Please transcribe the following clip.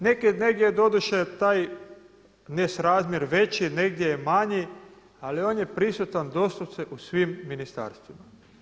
Neke, negdje je doduše taj nesrazmjer veći negdje je manji ali on je prisutan doslovce u svim ministarstvima.